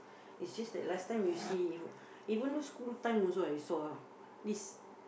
is just that last time you see even though school time also I saw this